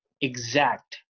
exact